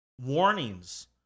warnings